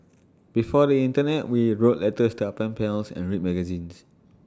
before the Internet we wrote letters to our pen pals and read magazines